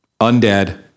undead